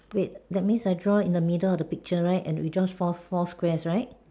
wait that means I draw in the middle of the picture right and we draw four four squares right